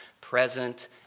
present